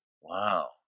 Wow